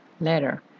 later